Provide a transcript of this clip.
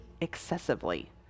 excessively